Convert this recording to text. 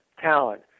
talent